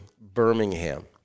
Birmingham